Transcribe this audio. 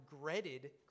regretted